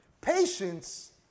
Patience